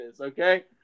okay